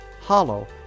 Hollow